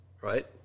Right